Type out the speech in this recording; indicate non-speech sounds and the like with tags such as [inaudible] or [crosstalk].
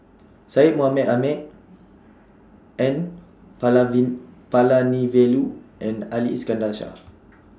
[noise] Syed Mohamed Ahmed N [unintelligible] Palanivelu and Ali Iskandar Shah